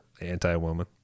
Anti-woman